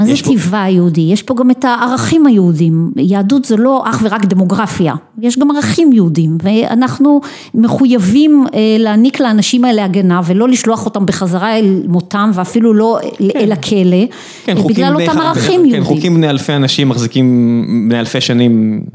מה זה טבעה היהודי? יש פה גם את הערכים היהודים, יהדות זה לא אך ורק דמוגרפיה, יש גם ערכים יהודים, ואנחנו מחויבים להעניק לאנשים האלה הגנה ולא לשלוח אותם בחזרה אל מותם ואפילו לא אל הכלא, בגלל אותם ערכים יהודים. כן חוקים בני אלפי אנשים בני אלפי שנים